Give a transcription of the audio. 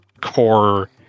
core